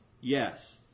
Yes